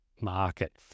market